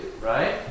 right